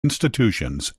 institutions